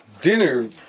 dinner